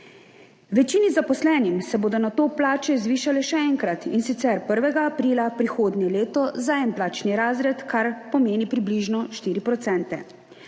Večini zaposlenim se bodo nato plače zvišale še enkrat, in sicer 1. aprila prihodnje leto za en plačni razred, kar pomeni približno 4 %.